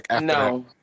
No